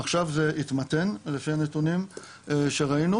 עכשיו זה התמתן לפני הנתונים שראינו,